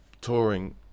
touring